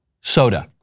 Soda